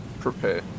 Prepare